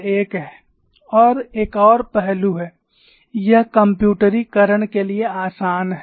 और एक और पहलू है यह कम्प्यूटरीकरण के लिए आसान है